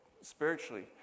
spiritually